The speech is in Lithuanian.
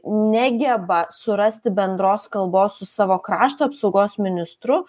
negeba surasti bendros kalbos su savo krašto apsaugos ministru